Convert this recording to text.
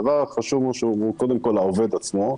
הדבר החשוב הוא קודם כל העובד עצמו.